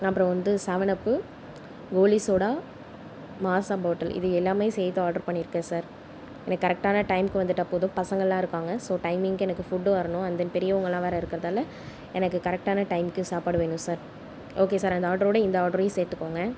அப்புறம் வந்து seven up goli soda Maaza bottle இது எல்லாமே சேர்த்து ஆர்டர் பண்ணியிருக்கேன் சார் எனக்கு கரெக்ட்டான டைம்க்கு வந்துவிட்டா போதும் பசங்கெளாம் இருக்காங்க ஸோ டைமிங்கு எனக்கு புட் வரணும் அண்ட் தென் பெரியவங்களாம் வேறு இருக்கிறதால எனக்கு கரெக்டான டைமிங்கு சாப்பாடு வேணும் சார் ஓகே சார் அந்த ஆர்டரோடு இந்த ஆர்டரையும் சேர்த்துக்கோங்க